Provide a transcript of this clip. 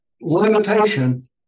limitation